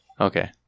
okay